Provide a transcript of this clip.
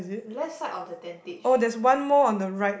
left side of the tentage